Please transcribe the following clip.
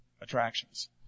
attractions